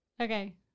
Okay